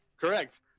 Correct